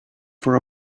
for